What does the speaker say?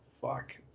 fuck